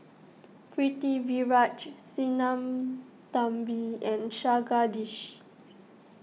Pritiviraj Sinnathamby and Jagadish